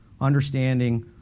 understanding